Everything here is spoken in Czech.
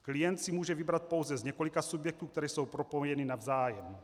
Klient si může vybrat pouze z několika subjektů, které jsou propojeny navzájem.